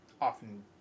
often